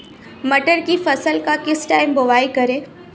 मटर की फसल का किस टाइम बुवाई करें?